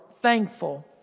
thankful